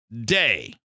day